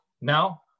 now